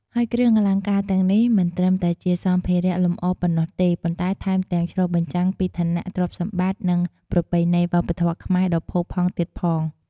ហើយគ្រឿងអលង្ការទាំងនេះមិនត្រឹមតែជាសម្ភារៈលម្អប៉ុណ្ណោះទេ ប៉ុន្តែថែមទាំងឆ្លុះបញ្ចាំងពីឋានៈ ទ្រព្យសម្បត្តិ និងប្រពៃណីវប្បធម៌ខ្មែរដ៏ផូរផង់ទៀតផង។